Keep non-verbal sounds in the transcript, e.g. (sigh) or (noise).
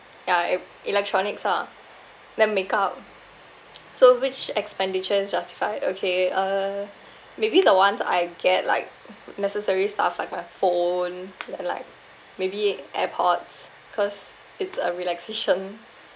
ya e~ electronics ah then makeup so which expenditure is justified okay uh maybe the ones I get like necessary stuff like my phone like like maybe airpods cause it's a relaxation (laughs)